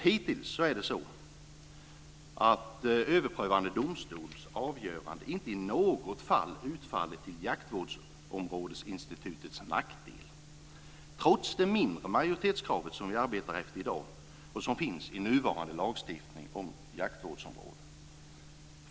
Hittills har det varit så att överprövande domstols avgöranden inte i något fall utfallit till jaktvårdsområdesinstitutets nackdel trots de mindre majoritetskrav som vi i dag arbetar efter och som finns i nuvarande lagstiftning om jaktvårdsområden.